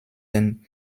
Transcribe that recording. den